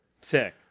Sick